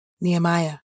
Nehemiah